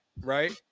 right